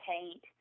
paint